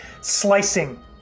slicing